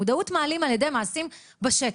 מודעות מעלים על ידי מעשים בשטח.